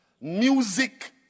Music